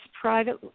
private